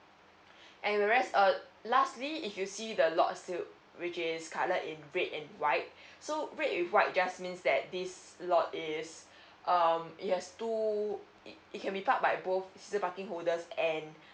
and the rest uh lastly if you see the lot still which is coloured in red and white so red and white just means that this lot is um it has two it it can be parked by both season parking holders and